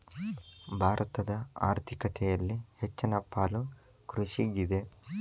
ಭಾರತದ ಆರ್ಥಿಕತೆಯಲ್ಲಿ ಹೆಚ್ಚನ ಪಾಲು ಕೃಷಿಗಿದೆ